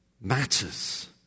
matters